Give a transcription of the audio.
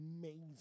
amazing